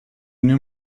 knew